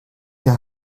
wir